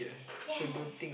ya